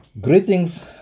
Greetings